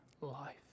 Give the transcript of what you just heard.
life